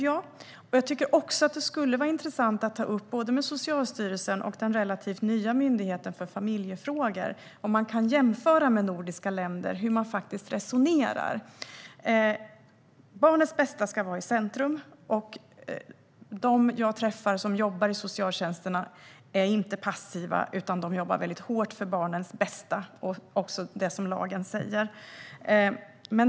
Det skulle också vara intressant att ta upp med både Socialstyrelsen och den relativt nya Myndigheten för familjerätt och föräldraskapsstöd om man kan jämföra med nordiska länder hur de resonerar. Barnets bästa ska vara i centrum. De jag träffar som jobbar i socialtjänsterna är inte passiva utan jobbar väldigt hårt för barnens bästa och det som lagen säger.